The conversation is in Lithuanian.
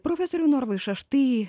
profesoriau norvaiša štai